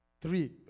Three